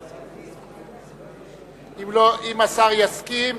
אם השר יסכים,